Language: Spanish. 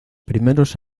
primeros